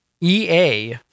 EA